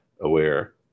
aware